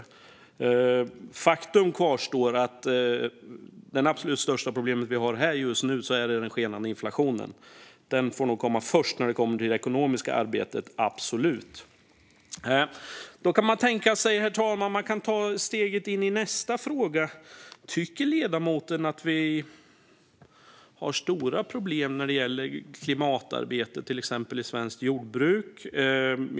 Men faktum kvarstår att det absolut största problemet vi har här just nu är den skenande inflationen. Den får komma först när det gäller det ekonomiska arbetet, absolut. Då kan man ta steget in i nästa fråga. Tycker ledamoten att vi har stora problem när det gäller klimatarbete, till exempel i svenskt jordbruk?